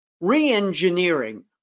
re-engineering